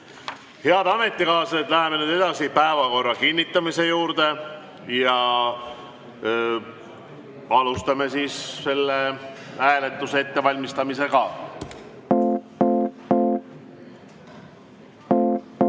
Head ametikaaslased! Läheme nüüd edasi päevakorra kinnitamise juurde. Alustame selle hääletuse ettevalmistamist.